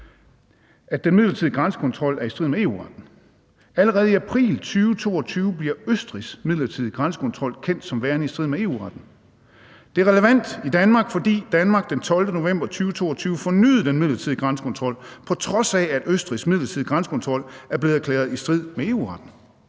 at den midlertidige grænsekontrol er i strid med EU-retten. Allerede i april 2022 bliver Østrigs midlertidige grænsekontrol kendt som værende i strid med EU-retten. Det er relevant i Danmark, fordi Danmark den 12. november 2022 fornyede den midlertidige grænsekontrol, på trods af at Østrigs midlertidige grænsekontrol er blevet erklæret i strid med EU-retten.